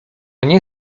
nie